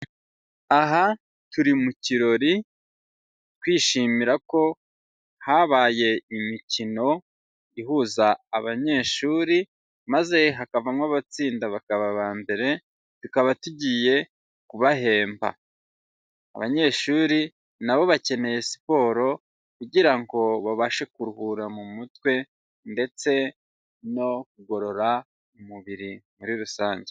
Aha turi mu kirori kwishimira ko habaye imikino ihuza abanyeshuri maze hakavamo abatsinda bakaba aba mbere, tukaba tugiye kubahemba, abanyeshuri nabo bakeneye siporo kugira ngo babashe kuruhura mu mutwe, ndetse no kugorora umubiri muri rusange.